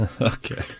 Okay